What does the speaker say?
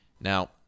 now